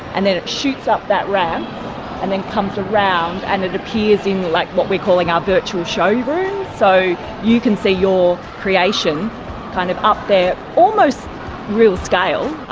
and then it shoots up that ramp and then comes around and it appears in like what we are calling our virtual showroom. so you can see your creation kind of up there almost real-scale,